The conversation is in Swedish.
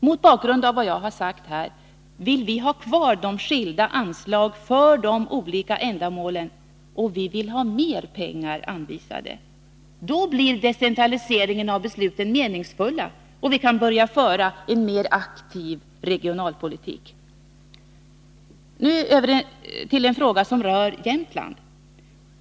Mot bakgrund av det jag har sagt vill vi ha kvar skilda anslag för de olika ändamålen, och vi vill har mer pengar anvisade. Då blir decentraliseringen av besluten meningsfull, och vi kan börja föra en mera aktiv regionalpolitik. Jag går över till en fråga som gäller Jämtland.